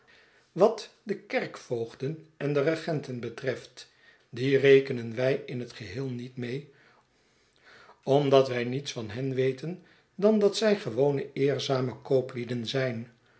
wat de kerkvoogden en regenten betreft die rekenen wij in het geheel niet mee omdat wij niets van hen weten dan dat zij gewone eerzame kooplieden zijn